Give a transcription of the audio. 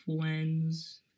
friends